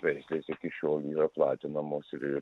veislės iki šiol yra platinamos ir